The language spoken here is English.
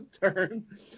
turn